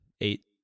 Eight